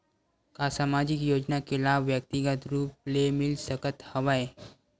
का सामाजिक योजना के लाभ व्यक्तिगत रूप ले मिल सकत हवय?